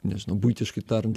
nežinau buitiškai tariant